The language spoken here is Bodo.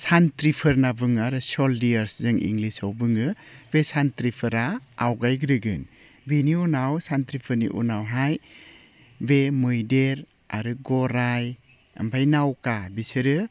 सानथ्रिफोर होनना बुङो आरो सलजोर्स जों इंग्लिसआव बुङो बे सानथ्रिफोरा आवगायग्रोगोन बेनि उनाव सान्थ्रिफोरनि उनावहाय बे मैदेर आरो गराइ ओमफ्राय नावखा बिसोरो